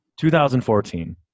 2014